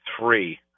three